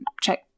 check